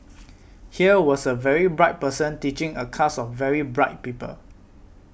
here was a very bright person teaching a class of very bright people